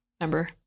number